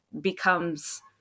becomes